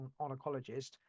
oncologist